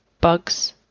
bugs